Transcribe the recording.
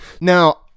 Now